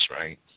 right